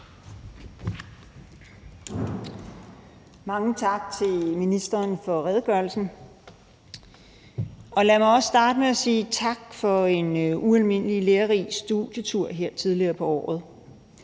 Mange tak til ministeren for redegørelsen. Lad mig også starte med at sige tak for en ualmindelig lærerig studietur her tidligere på året.